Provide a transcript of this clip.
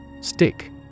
Stick